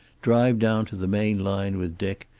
drive down to the main line with dick,